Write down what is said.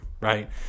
right